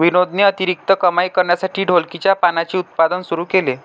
विनोदने अतिरिक्त कमाई करण्यासाठी ढोलकीच्या पानांचे उत्पादन सुरू केले